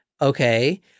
okay